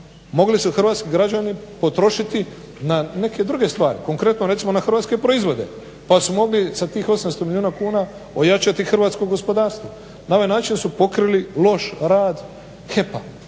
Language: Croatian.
mogli su hrvatski građani potrošiti na neke druge stvari, konkretno recimo na hrvatske proizvode, pa su mogli sa tih 800 milijuna kuna ojačati hrvatsko gospodarstvo. Na ovaj način su pokrili loš rad HEP-a